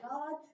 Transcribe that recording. God